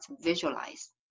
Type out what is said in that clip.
visualize